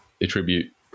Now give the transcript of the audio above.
attribute